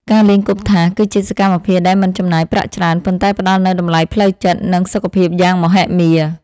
ការលេងគប់ថាស គឺជាសកម្មភាពដែលមិនចំណាយប្រាក់ច្រើន ប៉ុន្តែផ្ដល់នូវតម្លៃផ្លូវចិត្ត និងសុខភាពយ៉ាងមហិមា។